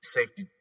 Safety